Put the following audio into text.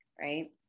right